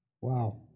Wow